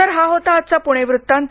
तर हा होता आजचा पुणे वृत्तांत